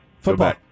Football